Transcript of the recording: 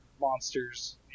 monsters